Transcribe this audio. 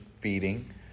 feeding